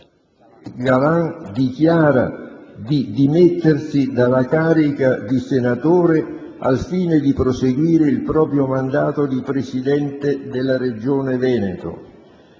Galan dichiara di dimettersi dalla carica di senatore, al fine di proseguire il proprio mandato di Presidente della Regione Veneto.